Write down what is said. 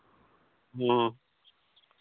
ᱦᱮᱸ